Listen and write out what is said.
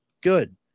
good